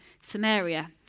Samaria